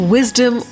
Wisdom